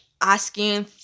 asking